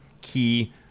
key